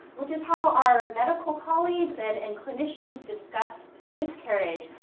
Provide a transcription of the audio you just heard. which is how our medical colleagues and and clinicians discuss miscarriage.